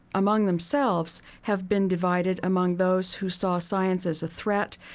among themselves, have been divided among those who saw science as a threat,